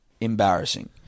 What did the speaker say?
embarrassing